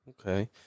Okay